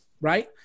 right